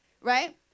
right